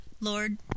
Lord